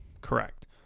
Correct